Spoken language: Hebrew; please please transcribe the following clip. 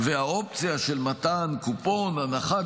והאופציה של מתן קופון הנחה,